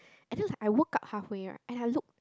and then like I woke up halfway right and I looked